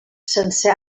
sense